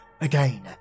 Again